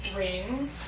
rings